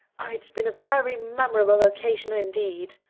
oh, it's been a very memorable occasion indeed.